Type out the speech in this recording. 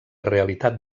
realitat